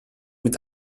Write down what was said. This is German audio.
mit